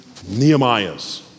Nehemiahs